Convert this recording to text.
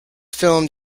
filmed